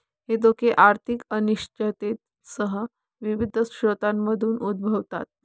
हे धोके आर्थिक अनिश्चिततेसह विविध स्रोतांमधून उद्भवतात